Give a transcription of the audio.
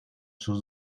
sus